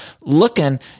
looking